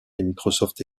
microsoft